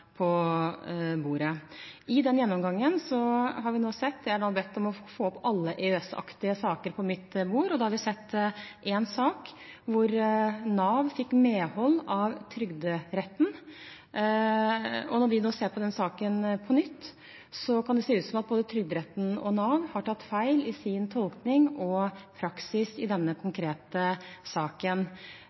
på bordet. I den gjennomgangen har jeg bedt om å få alle EØS-saker på mitt bord, og da har vi sett en sak hvor Nav fikk medhold av Trygderetten. Når vi nå ser på den saken på nytt, kan det se ut som at både Trygderetten og Nav har tatt feil i sin tolkning og praksis i denne konkrete saken.